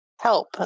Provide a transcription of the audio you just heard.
help